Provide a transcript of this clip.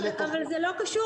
אבל זה לא קשור,